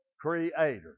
creator